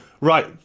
Right